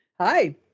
Hi